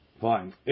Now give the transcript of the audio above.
Fine